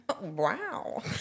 Wow